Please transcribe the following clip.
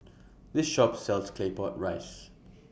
This Shop sells Claypot Rice